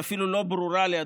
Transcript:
ואפילו לא ברור לי,